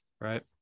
right